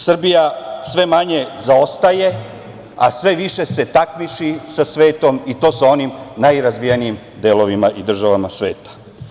Srbija sve manje zaostaje, a sve više se takmiči sa svetom i to sa onim najrazvijenijim delovima i državama sveta.